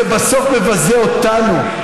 זה בסוף מבזה אותנו.